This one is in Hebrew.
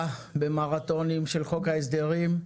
אנחנו בדיונים מרתונים של חוק ההסדרים.